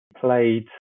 played